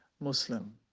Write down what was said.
Muslim